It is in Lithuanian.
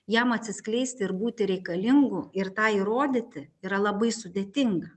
jam atsiskleisti ir būti reikalingu ir tą įrodyti yra labai sudėtinga